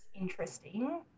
interesting